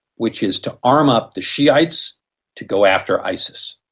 which is to arm up the shi'ites to go after isis.